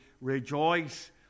rejoice